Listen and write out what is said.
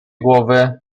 głowy